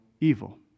evil